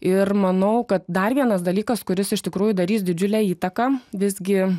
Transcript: ir manau kad dar vienas dalykas kuris iš tikrųjų darys didžiulę įtaką visgi